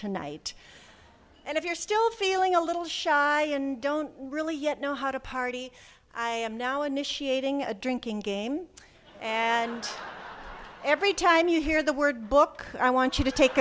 tonight and if you're still feeling a little shy don't really yet know how to party i am now initiating a drinking game and everytime you hear the word book i want you to take